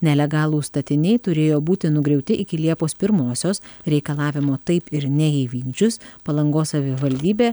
nelegalūs statiniai turėjo būti nugriauti iki liepos pirmosios reikalavimo taip ir neįvykdžius palangos savivaldybė